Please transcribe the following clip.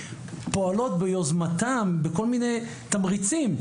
פועלים ביוזמתם בכל מיני תמריצים,